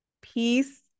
peace